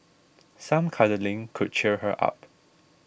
some cuddling could cheer her up